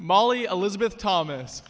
molly elizabeth thomas